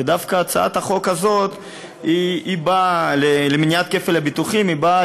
ודווקא הצעת החוק הזאת למניעת כפל הביטוחים באה